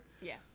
Yes